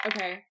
Okay